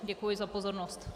Děkuji za pozornost.